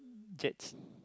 jets